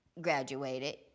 graduated